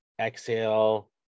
Exhale